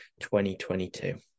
2022